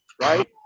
right